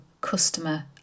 customer